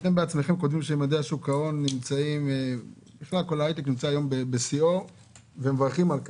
אתם בעצמכם כותבים שכל ההייטק נמצא היום בשיאו ומברכים על כך.